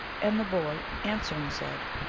and the boy, answering, said,